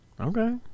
okay